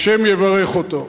וה' יברך אותו.